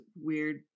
weird